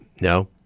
No